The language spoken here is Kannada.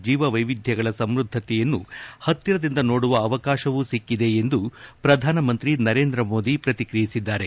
ಜೀವ ವೈವಿಧ್ಯಗಳ ಸಮೃದ್ಧತೆಯನ್ನು ಪತ್ತಿರದಿಂದ ನೋಡುವ ಅವಕಾಶವೂ ಸಿಕ್ಕಿದೆ ಎಂದು ಪ್ರಧಾನಮಂತ್ರಿ ನರೇಂದ್ರ ಮೋದಿ ಪ್ರತಿಕ್ರಿಯಿಸಿದ್ದಾರೆ